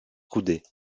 coudées